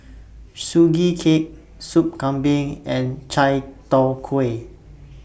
Sugee Cake Sup Kambing and Chai Tow Kuay